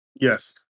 Yes